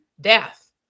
death